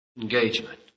engagement